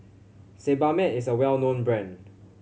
Sebamed is a well known brand